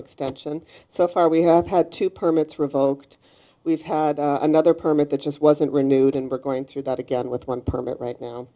extension so far we have had to permits revoked we've had another permit that just wasn't renewed and we're going through that again with one permit right now